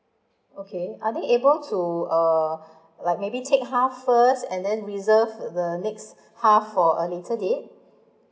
okay are they able to uh like maybe take half first and then reserve the next half for a later date